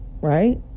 right